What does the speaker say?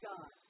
God